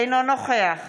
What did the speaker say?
אינו נוכח